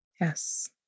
Yes